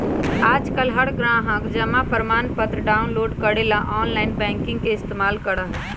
आजकल हर ग्राहक जमा प्रमाणपत्र डाउनलोड करे ला आनलाइन बैंकिंग के इस्तेमाल करा हई